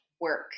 work